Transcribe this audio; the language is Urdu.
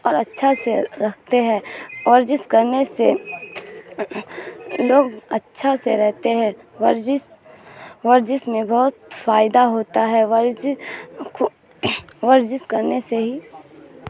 اور اچھا سے رکھتے ہیں ورزش کرنے سے لوگ اچھا سے رہتے ہیں ورزش ورزش میں بہت فائدہ ہوتا ہے ورز کو ورزش کرنے سے ہی